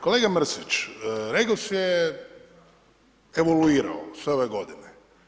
Kolega Mrsić, REGOS je evoluirao sve ove godine.